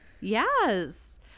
yes